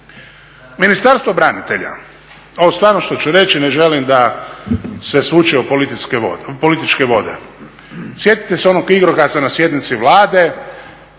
Ministarstvo branitelja, ovo stvarno što ću reći ne želim da se svuče u političke vode. Sjetite se onog igrokaza na sjednici Vlade.